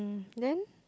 then